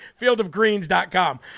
Fieldofgreens.com